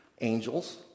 angels